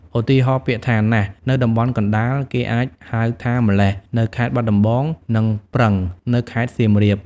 ឧទាហរណ៍ ពាក្យថា "ណាស់" នៅតំបន់កណ្តាល គេអាចហៅថា "ម៉្លេះ" នៅខេត្តបាត់ដំបង និង "ប្រឹង" នៅខេត្តសៀមរាប។